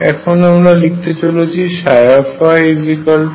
এখন আমরা লিখতে চলেছি yC2 ψx